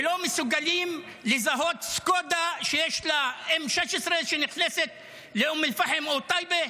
ולא מסוגלים לזהות סקודה שיש בה M-16 שנכנסת לאום אל-פחם או טייבה?